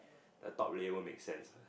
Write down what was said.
the top layer won't make sense